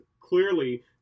clearly